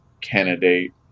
candidate